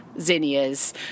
zinnias